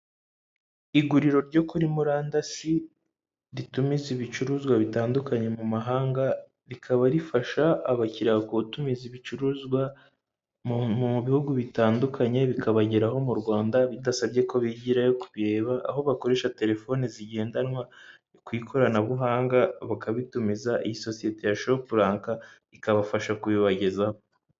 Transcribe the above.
Kiyosike ya emutiyeni irafunguye hari umukiriya uri gusaba serivisi, abantu baratambuka mu muhanda hagati y'amazu, hejuru hari insinga zitwara umuriro w'amashanyarazi ziwujyana mu baturage.